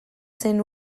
zen